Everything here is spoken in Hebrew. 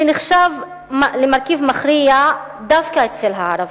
שנחשב למרכיב מכריע דווקא אצל הערבים,